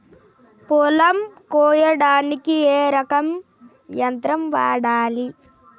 పొలం కొయ్యడానికి ఏ రకం యంత్రం వాడాలి?